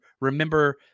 remember